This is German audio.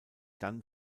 dann